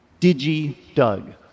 Digi-Doug